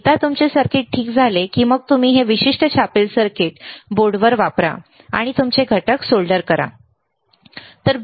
एकदा तुमचे सर्किट ठीक झाले की मग तुम्ही हे विशिष्ट छापील सर्किट बोर्ड वापरा आणि तुमचे घटक सोल्डर करा बरोबर